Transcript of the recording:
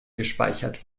gespeichert